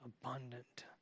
abundant